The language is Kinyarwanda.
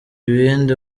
ibindi